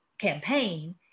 campaign